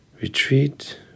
Retreat